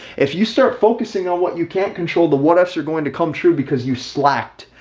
if you start focusing on what you can't control the what ifs are going to come true because you slacked.